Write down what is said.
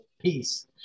peace